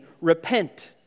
Repent